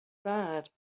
bad